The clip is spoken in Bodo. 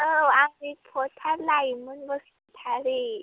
औ आं रिर्पटार लाइमोन बसुमतारी